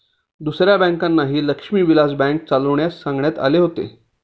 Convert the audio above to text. दुसऱ्या बँकांनाही लक्ष्मी विलास बँक चालविण्यास सांगण्यात आले होते